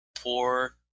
poor